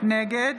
נגד